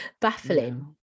baffling